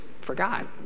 forgot